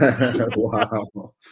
Wow